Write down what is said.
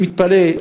אני מתפלא.